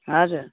हजुर